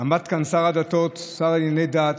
עמד כאן שר הדתות, השר לענייני דת,